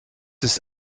ist